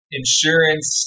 insurance